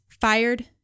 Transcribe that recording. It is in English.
fired